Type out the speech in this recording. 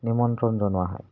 নিমন্ত্ৰণ জনোৱা হয়